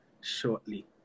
shortly